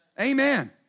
Amen